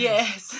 Yes